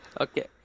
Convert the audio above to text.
Okay